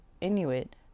Inuit